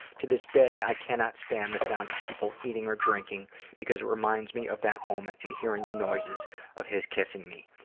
to this day i cannot stand the sound of people eating or drinking because it reminds me of that moment and hearing the noises of his kissing me.